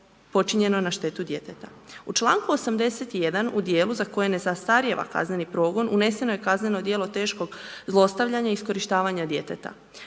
počinjeno na štetu djeteta. U članku 81. u dijelu za koje ne zastarijeva kazneni progon uneseno je kazneno djelo teškog zlostavljanja i iskorištavanja djeteta.